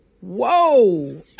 Whoa